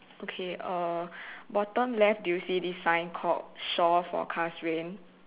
okay uh bottom left do you see this sign called shore forecast rain